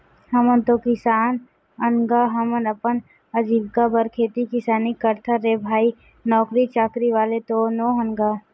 हमन तो किसान अन गा, हमन अपन अजीविका बर खेती किसानी करथन रे भई नौकरी चाकरी वाले तो नोहन गा